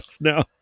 now